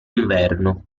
inverno